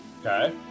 Okay